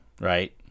right